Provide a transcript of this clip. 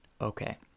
Okay